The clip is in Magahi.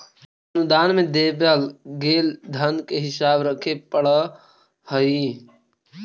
अनुदान में देवल गेल धन के हिसाब रखे पड़ा हई